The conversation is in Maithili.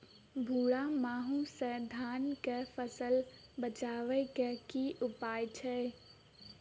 भूरा माहू सँ धान कऽ फसल बचाबै कऽ की उपाय छै?